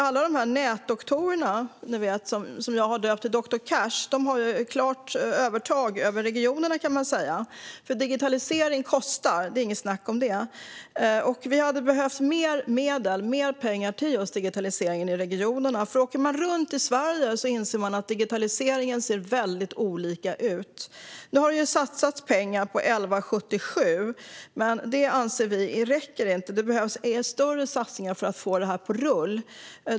Alla dessa nätdoktorer, som jag har döpt till doktor Cash, har ett klart övertag över regionerna, för digitalisering kostar. Det är inget snack om det. Vi hade behövt mer medel, mer pengar, till just digitaliseringen i regionerna. Åker man runt i Sverige inser man att digitaliseringen ser väldigt olika ut. Nu har det satsats pengar på 1177. Men det räcker inte, anser vi. Det behövs större satsningar för att få det på rull.